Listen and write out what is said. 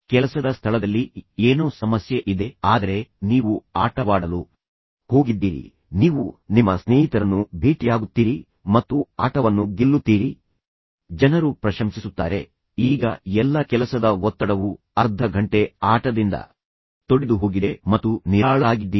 ಕೆಲಸದ ಸ್ಥಳದಲ್ಲಿ ಏನೋ ಸಮಸ್ಯೆ ಇದೆ ಆದರೆ ನೀವು ಆಟವಾಡಲು ಹೋಗಿದ್ದೀರಿ ಮತ್ತು ನಂತರ ನೀವು ನಿಮ್ಮ ಸ್ನೇಹಿತರನ್ನು ಭೇಟಿಯಾಗುತ್ತೀರಿ ಮತ್ತು ನಂತರ ನೀವು ಆಟವನ್ನು ಗೆಲ್ಲುತ್ತೀರಿ ಮತ್ತು ಜನರು ಪ್ರಶಂಸಿಸುತ್ತಾರೆ ಈಗ ನಿಮಗೆ ಎಲ್ಲಾ ಕೆಲಸದ ಒತ್ತಡವು ಅರ್ಧ ಘಂಟೆಯ ಆಡಿದ ಆಟದಿಂದ ತೊಡೆದು ಹೋಗಿದೆ ಮತ್ತು ನೀವುನಿರಾಳರಾಗಿದ್ದೀರಿ